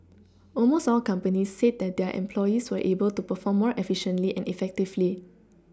almost all companies said that their employees were able to perform more efficiently and effectively